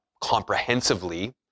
comprehensively